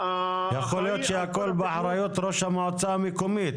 יכול להיות שהכול באחריות ראש המועצה המקומית.